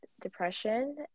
depression